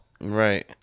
right